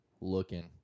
looking